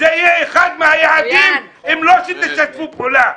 זה יהיה אחד מהיעדים אם לא תשתפו פעולה.